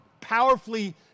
powerfully